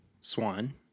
swan